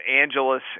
Angeles